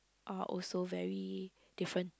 are also very different